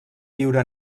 viure